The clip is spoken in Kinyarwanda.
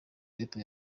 reta